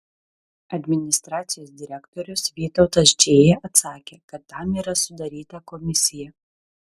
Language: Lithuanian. administracijos direktorius vytautas džėja atsakė kad tam yra sudaryta komisija